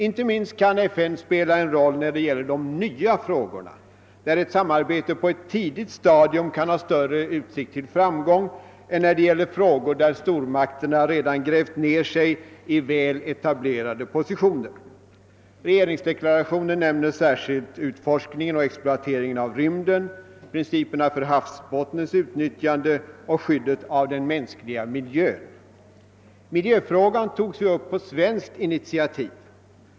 Inte minst kan FN spela en roll när det gäller de nya frågorna, där ett samarbete på ett tidigt stadium kan ha stör re utsikt till framgång än när det gäller frågor där stormakterna redan grävt ned sig i väl etablerade positioner. I regeringsdeklarationen nämns särskilt utforskningen och exploateringen av rymden, principerna för havsbottnens utnyttjande och skyddet av den mänskliga miljön. Miljöfrågan togs ju upp på svenskt initiativ.